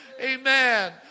Amen